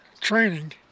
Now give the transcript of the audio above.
training